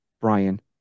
Brian